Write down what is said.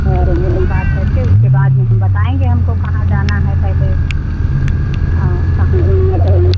और यही बात करके उसके बाद में हम बताएँगे हमको कहाँ जाना है पहले कहाँ घूमने टहलने